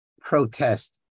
protest